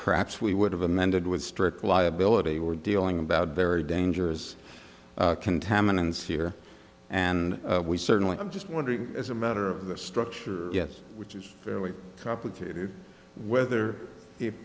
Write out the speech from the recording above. perhaps we would have amended with strict liability we're dealing about very dangerous contaminants here and we certainly i'm just wondering as a matter of the structure yes which is fairly complicated whether